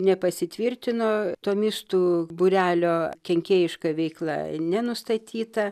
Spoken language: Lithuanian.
nepasitvirtino tomistų būrelio kenkėjiška veikla nenustatyta